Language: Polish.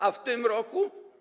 A w tym roku?